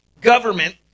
government